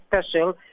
special